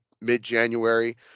mid-January